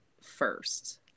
first